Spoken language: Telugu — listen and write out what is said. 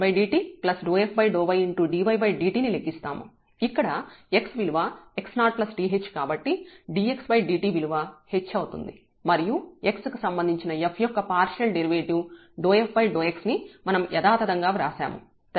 ఇక్కడ x విలువ x0th కాబట్టి dxdt విలువ h అవుతుంది మరియు x కి సంబంధించిన f యొక్క పార్షియల్ డెరివేటివ్ f∂x ని మనం యధాతధంగా వ్రాశాము